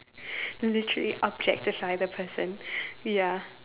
literally objectify the person ya